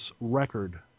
record